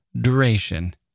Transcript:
duration